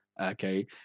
okay